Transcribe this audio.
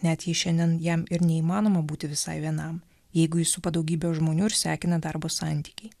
net jei šiandien jam ir neįmanoma būti visai vienam jeigu jus supa daugybė žmonių ir sekina darbo santykiai